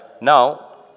now